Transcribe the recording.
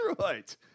right